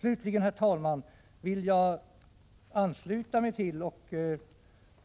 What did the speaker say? Slutligen, herr talman, vill jag ansluta mig till och